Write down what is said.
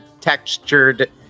textured